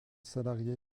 salarié